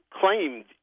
claimed